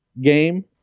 game